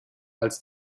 als